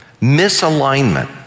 Misalignment